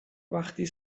وقتی